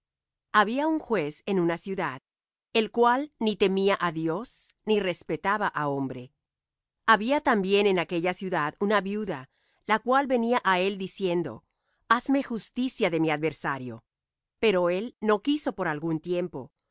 había un juez en una ciudad el cual ni temía á dios ni respetaba á hombre había también en aquella ciudad una viuda la cual venía á él diciendo hazme justicia de mi adversario pero él no quiso por algún tiempo